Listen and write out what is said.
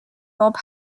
bob